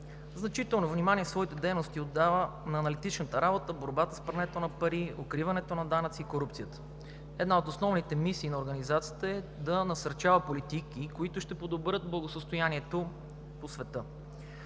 Значително внимание в своите дейности отдава на аналитичната работа, борбата с прането на пари, укриването на данъци и корупцията. Една от основните мисии на Организацията е да насърчава политики, които ще подобрят благосъстоянието по света.